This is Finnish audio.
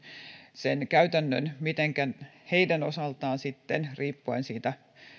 sen käytännön miten heidän osaltaan riippuen siitä